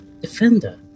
Defender